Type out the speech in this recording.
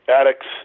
addicts